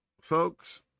folks